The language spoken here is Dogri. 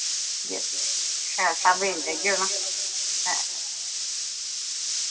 जे शैल स्हाबै दी देगे ओ तां ऐ